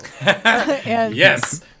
Yes